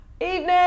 Evening